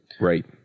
Right